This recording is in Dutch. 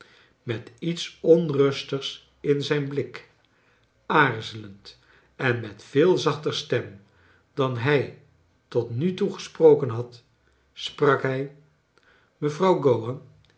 met iets onrustigs in zijn blik aarzelend en met veel zachter stem dan hij tot nu toe gesproken had sprak hij